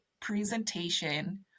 presentation